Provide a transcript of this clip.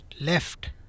Left